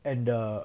and the